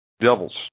devils